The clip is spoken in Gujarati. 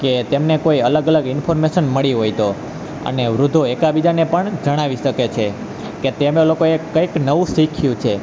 કે તેમને કોઈ અલગ અલગ ઇન્ફોર્મેશન મળી હોય તો અને વૃદ્ધો એકાબીજાને પણ જણાવી શકે છે કે તેમણે લોકોએ કંઈક નવું શીખ્યું છે